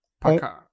paca